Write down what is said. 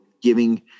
giving